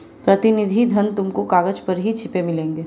प्रतिनिधि धन तुमको कागज पर ही छपे मिलेंगे